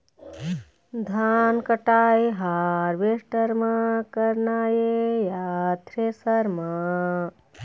धान कटाई हारवेस्टर म करना ये या थ्रेसर म?